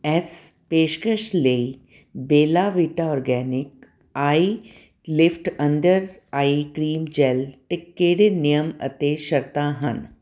ਇਸ ਪੇਸ਼ਕਸ਼ ਲਈ Bella Vita organic eye lift under eye cream gel 'ਤੇ ਕਿਹੜੇ ਨਿਯਮ ਅਤੇ ਸ਼ਰਤਾਂ ਹਨ